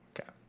Okay